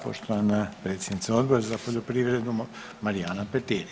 Poštovana predsjednica Odbora za poljoprivredu Marijana Petir.